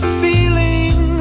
feeling